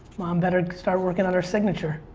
mom better start working on her signature.